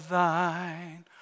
thine